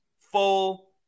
full